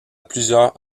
plusieurs